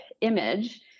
image